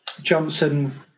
Johnson